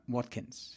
Watkins